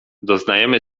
doznajemy